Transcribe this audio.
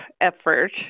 effort